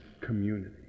community